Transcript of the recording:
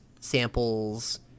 samples